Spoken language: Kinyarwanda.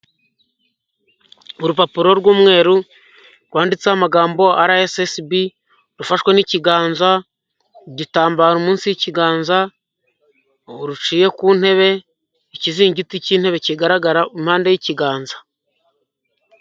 Urupapuro rw'umweru rwanditseho amagambo arayesesibi, rufashwe n'ikiganza, igitambaro munsi y'ikiganza, ruciye ku ntebe, ikizingiti cy'intebe kigaragara impande y'ikiganza.